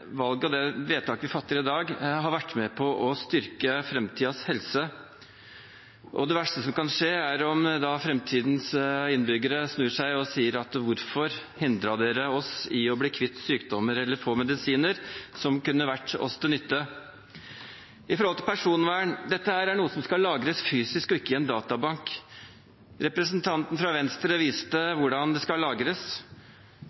valget og det vedtaket vi gjør i dag, har vært med på å styrke framtidens helse. Det verste som kan skje, er at framtidens innbyggere snur seg og sier: Hvorfor hindret dere oss i å bli kvitt sykdommer eller å få medisiner som kunne vært oss til nytte? Med hensyn til personvern: Dette er noe som skal lagres fysisk og ikke i en databank. Representanten fra Venstre viste